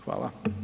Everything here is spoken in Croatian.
Hvala.